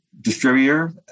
distributor